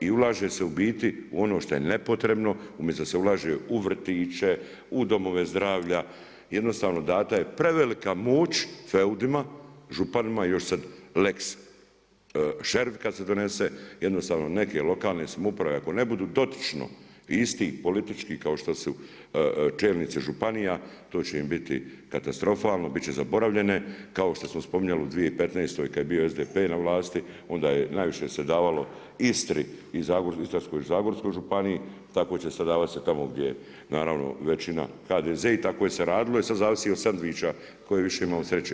I ulaže se u biti u ono što je nepotrebno, umjesto da se ulaže u vrtiće, u domove zdravlja, jednostavno data je prevelika moć feudima, županima, još sad lex sherif kad se donese, jednostavno neke lokalne samouprave ako ne budu dotično isti politički kao što su čelnici županija to će im biti katastrofalno, biti će zaboravljene, kao što smo spominjali u 2015. kad je bio SDP na vlasti, onda je najviše se davalo Istri, Istarskoj i zagorskoj županiji tako će sad davati se naravno većina HDZ i tako se radilo i sad zavisi od sendviča tko je više imao sreće.